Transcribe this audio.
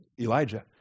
Elijah